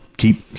Keep